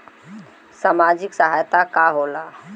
सामाजिक सहायता का होला?